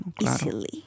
easily